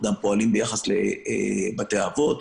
בואו נסתכל על ניתוח אירוע.